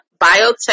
biotech